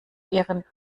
ihren